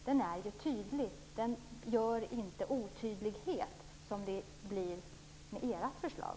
Den ger inte otydlighet som det blir med ert förslag.